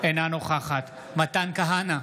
אינה נוכחת מתן כהנא,